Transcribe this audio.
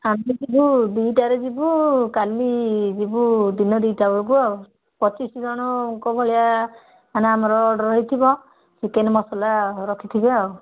ଆମ ଯିବୁ ଦୁଇଟାରେ ଯିବୁ କାଲି ଯିବୁ ଦିନ ଦିଟା ବେଳକୁ ଆଉ ପଚିଶ ଜଣଙ୍କ ଭଳିଆ ମାନେ ଆମର ଅର୍ଡ଼ର ହେଇଥିବ ଚିକେନ ମସଲା ରଖିଥିବେ ଆଉ